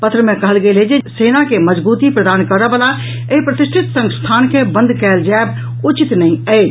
पत्र मे कहल गेल अछि जे सेना के मजगूती प्रदान करऽ वला एहि प्रतिष्ठित संस्थान के बंद कयल जायब उचित नहि अछि